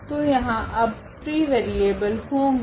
तो यहाँ अब फ्री वेरिएबल होगे